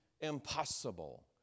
impossible